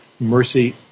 Mercy